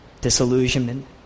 disillusionment